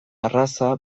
arraza